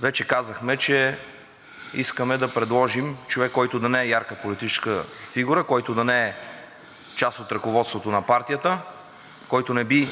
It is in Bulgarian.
Вече казахме, че искаме да предложим човек, който да не е ярка политическа фигура, който да не е част от ръководството на партията, който не би